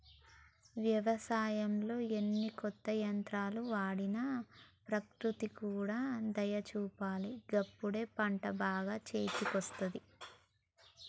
వ్యవసాయంలో ఎన్ని కొత్త యంత్రాలు వాడినా ప్రకృతి కూడా దయ చూపాలి గప్పుడే పంట చేతికొస్తది